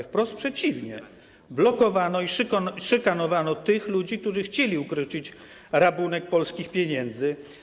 Wprost przeciwnie, blokowano i szykanowano tych ludzi, którzy chcieli ukrócić rabunek polskich pieniędzy.